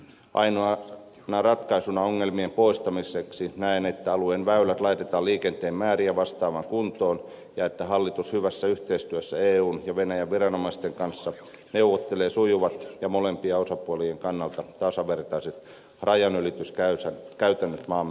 ainoana ratkaisuna ongelmien poistamiseksi näen että alueen väylät laitetaan liikenteen määriä vastaavaan kuntoon ja että hallitus hyvässä yhteistyössä eun ja venäjän viranomaisten kanssa neuvottelee sujuvat ja molem pien osapuolien kannalta tasavertaiset rajanylityskäytännöt maamme itärajalla